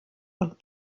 und